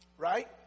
Right